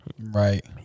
Right